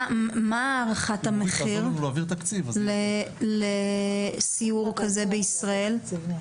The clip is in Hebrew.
מה הערכת המחיר לסיור כזה בישראל, משואה לתקומה?